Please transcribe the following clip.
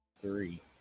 three